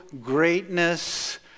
greatness